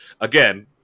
Again